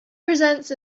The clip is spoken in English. presents